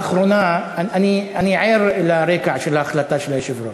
לאחרונה, אני ער לרקע של ההחלטה של היושב-ראש.